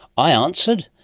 i answered,